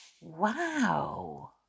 Wow